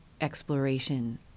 exploration